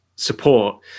support